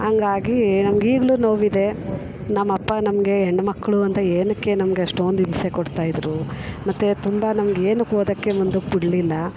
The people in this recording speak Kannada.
ಹಂಗಾಗಿ ನಮ್ಗೆ ಈಗಲೂ ನೋವಿದೆ ನಮ್ಮಪ್ಪ ನಮಗೆ ಹೆಣ್ಮಕ್ಳು ಅಂತ ಏನಕ್ಕೆ ನಮ್ಗೆ ಅಷ್ಟೊಂದು ಹಿಂಸೆ ಕೊಡ್ತಾಯಿದ್ರು ಮತ್ತೆ ತುಂಬ ನಮ್ಗೆ ಏನಕ್ಕೆ ಓದಕ್ಕೆ ಮುಂದಕ್ಕೆ ಬಿಡಲಿಲ್ಲ